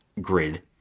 grid